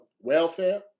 welfare